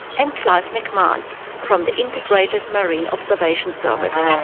and clive mcmahon from the integrated marine observation service.